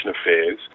Affairs